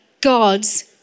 God's